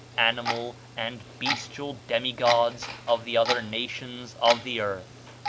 animal and bestial demi-gods of the other nations of the earth.